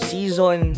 Season